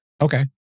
Okay